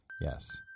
Yes